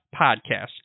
podcast